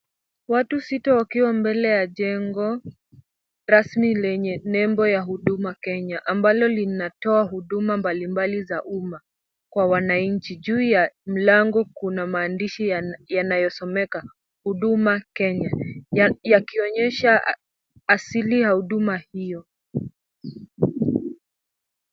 Watu sita wakiwa mbele ya jengo rasmi lenye nembo ya huduma Kenya ambalo linatoa huduma mbalimbali za umma kwa wananchi. Juu ya mlango kuna maandishi yanayosomeka huduma Kenya yakionyesha asili ya huduma hiyo.